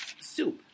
soup